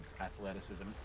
athleticism